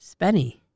spenny